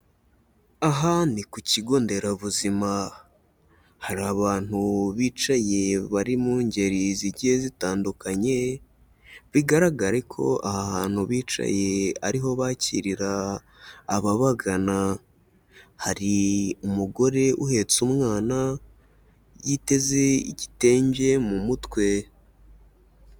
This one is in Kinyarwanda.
Aha ni ku kigo nderabuzima. Hari abantu bicaye bari mu ngeri zigiye zitandukanye, bigaragare ko aha hantu bicaye ari ho bakirira ababagana. Hari umugore uhetse umwana, yiteze igitenge mu mutwe.